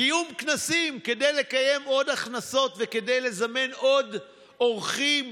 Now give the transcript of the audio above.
קיום כנסים כדי לקיים עוד הכנסות וכדי לזמן עוד אורחים